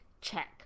check